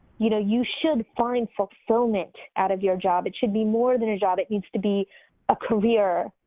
you know you should find fulfillment out of your job. it should be more than a job. it needs to be a career.